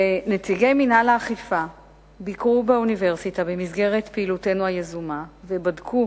נציגי מינהל האכיפה ביקרו באוניברסיטה במסגרת פעילותנו היזומה ובדקו